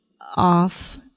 off